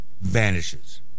vanishes